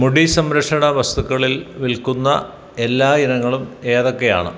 മുടി സംരക്ഷണ വസ്തുക്കളിൽ വിൽക്കുന്ന എല്ലാ ഇനങ്ങളും ഏതൊക്കെയാണ്